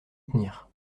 tenir